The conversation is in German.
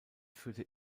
führte